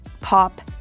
pop